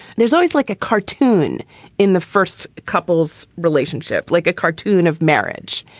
there's always like a cartoon in the first couple's relationship, like a cartoon of marriage.